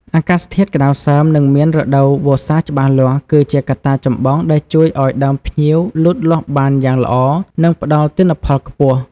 អាកាសធាតុក្តៅសើម និងមានរដូវវស្សាច្បាស់លាស់ គឺជាកត្តាចម្បងដែលជួយឱ្យដើមផ្ញៀវលូតលាស់បានយ៉ាងល្អ និងផ្តល់ទិន្នផលខ្ពស់។